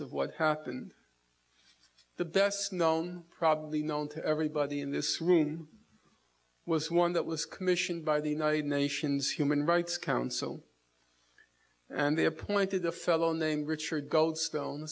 of what happened the best known probably known to everybody in this room was one that was commissioned by the united nations human rights council and they appointed a fellow named richard goldstone